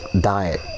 diet